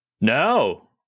No